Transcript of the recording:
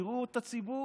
תראו את הציבור,